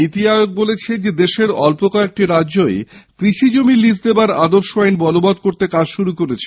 নীতি আয়োগ বলেছে দেশের অল্প কয়েকটি রাজ্যই কৃষিজমি লিজ দেওয়ার আদর্শ আইন বলবৎ করতে কাজ শুরু করেছে